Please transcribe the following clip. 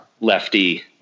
lefty